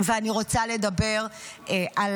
ואני רוצה לדבר על